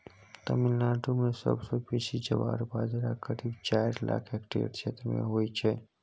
तमिलनाडु मे सबसँ बेसी ज्वार बजरा करीब चारि लाख हेक्टेयर क्षेत्र मे होइ छै